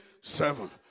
Seven